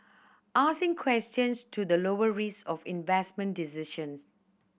asking questions to the lower risk of investment decisions